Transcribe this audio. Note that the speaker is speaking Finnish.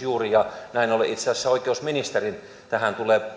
juuri lainsäädäntökysymys ja näin ollen itse asiassa oikeusministerin